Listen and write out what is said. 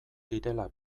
direla